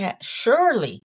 surely